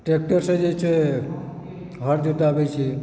tractor से जे छै हर जोताबै छी